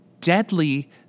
deadly